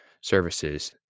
services